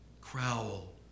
Crowell